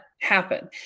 happen